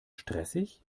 stressig